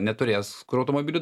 neturės kur automobilių